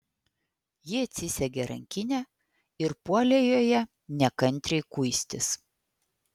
ji atsisegė rankinę ir puolė joje nekantriai kuistis